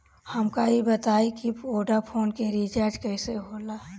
हमका ई बताई कि वोडाफोन के रिचार्ज कईसे होला?